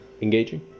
engaging